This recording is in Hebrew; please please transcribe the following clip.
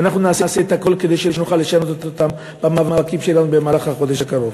ואנחנו נעשה את כדי לשנות אותן במאבקים שלנו במהלך החודש הקרוב.